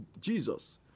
Jesus